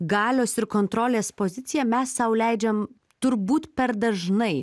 galios ir kontrolės poziciją mes sau leidžiam turbūt per dažnai